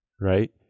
right